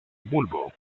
bulbo